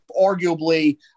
arguably